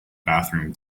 bathroom